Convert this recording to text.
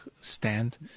stand